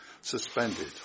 suspended